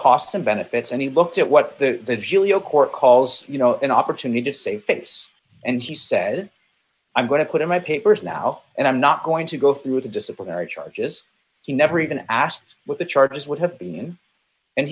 and benefits and he looked at what the giulio court calls you know an opportunity to save face and he said i'm going to put in my papers now and i'm not going to go through the disciplinary charges he never even asked what the charges would have been and